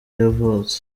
yavutse